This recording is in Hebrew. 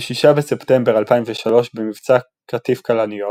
ב-6 בספטמבר 2003 במבצע קטיף כלניות